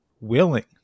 willing